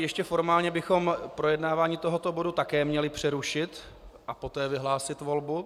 Ještě formálně bychom projednávání tohoto bodu také měli přerušit a poté vyhlásit volbu.